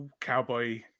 cowboy